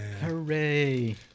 Hooray